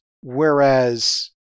Whereas